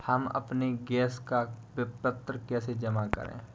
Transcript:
हम अपने गैस का विपत्र कैसे जमा करें?